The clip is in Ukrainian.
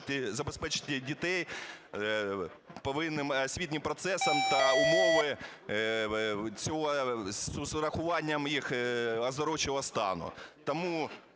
Дякую